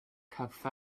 cafe